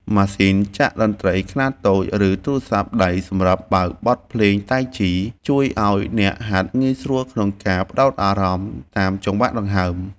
ម៉ាស៊ីនចាក់តន្ត្រីខ្នាតតូច ឬទូរស័ព្ទដៃសម្រាប់បើកបទភ្លេងតៃជី ជួយឱ្យអ្នកហាត់ងាយស្រួលក្នុងការផ្ដោតអារម្មណ៍តាមចង្វាក់ដង្ហើម។